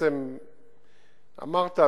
אמרת,